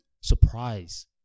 surprise